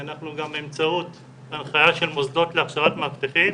ובאמצעות הנחיה של מוסדות להכשרת מאבטחים,